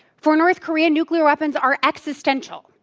for north korea nuclear weapons are existential.